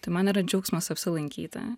tai man yra džiaugsmas apsilankyti